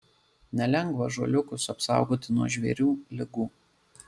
nelengva ąžuoliukus apsaugoti nuo žvėrių ligų